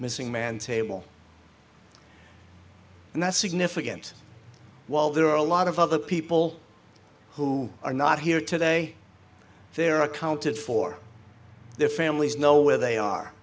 missing man table and that's significant while there are a lot of other people who are not here today they're accounted for their families know where they are